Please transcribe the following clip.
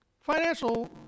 financial